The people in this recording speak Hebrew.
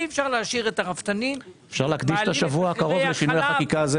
נושא הדיון הוא מחלבות רמת הגולן.